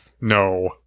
No